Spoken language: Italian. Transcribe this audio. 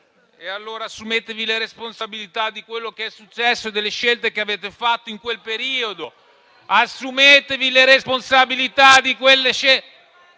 Allora, assumetevi le responsabilità di quello che è successo e delle scelte che avete fatto in quel periodo. Assumetevi le responsabilità di quelle scelte